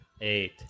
Eight